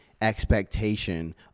expectation